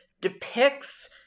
depicts